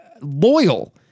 loyal